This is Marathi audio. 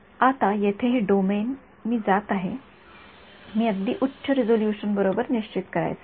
आता येथे हे डोमेन मी जात आहे मी अगदी उच्च रिझोल्यूशन बरोबर निश्चित करायचे आहे